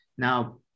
Now